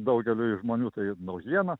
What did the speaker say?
daugeliui žmonių tai naujiena